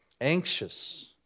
anxious